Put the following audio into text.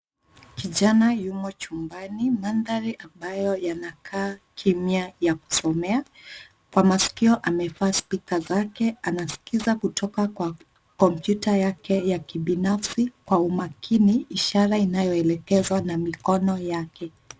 Kijana yumo chumbani. Mandhari ambayo yanakaa kimwa ya kusomea. Kwa masikio amevaa spika zake anasikiza kutoka kwa kompyuta yake ya kibinafsi kwa umakini, ishara inayoelekeza na mikono yake.